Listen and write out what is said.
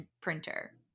printer